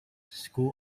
school